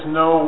no